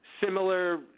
similar